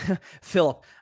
Philip